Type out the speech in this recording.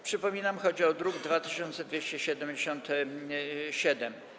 Przypominam, że chodzi o druk nr 2277.